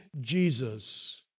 Jesus